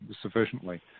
sufficiently